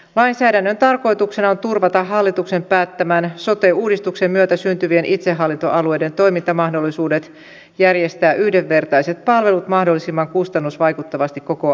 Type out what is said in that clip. lainsäädännön tarkoituksena on turvata hallituksen päättämän sote uudistuksen myötä syntyvien itsehallintoalueiden toimintamahdollisuudet järjestää yhdenvertaiset palvelut mahdollisimman kustannusvaikuttavasti koko alueellaan